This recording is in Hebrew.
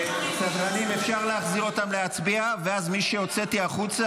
אין לך סמכות, תודה רבה.